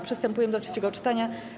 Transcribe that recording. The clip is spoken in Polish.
Przystępujemy do trzeciego czytania.